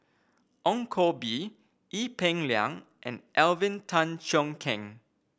Ong Koh Bee Ee Peng Liang and Alvin Tan Cheong Kheng